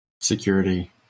security